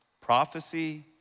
Prophecy